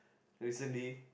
recently